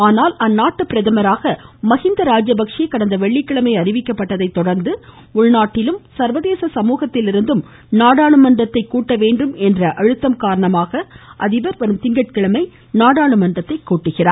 ஆனால் அந்நாட்டு பிரதமராக மகிந்த ராஜபக்ஷே கடந்த வெள்ளிக்கிழமை அறிவிக்கப்பட்டதை தொடர்ந்து உள்நாட்டிலிருந்தும் சர்வதேச சமூகத்திலிருந்தும் நாடாளுமன்றத்தை சுட்டவேண்டும் என்ற அழுத்தம் காரணமாக அதிபர் வரும் திங்கட்கிழமை நாடாளுமன்றத்தை கூட்டியுள்ளார்